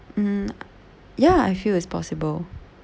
mm ya I feel it's possible